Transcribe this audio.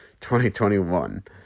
2021